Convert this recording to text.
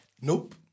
Nope